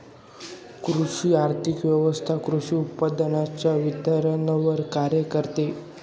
कृषी अर्थव्यवस्वथा कृषी उत्पादनांच्या वितरणावर कार्य करते